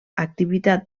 activitat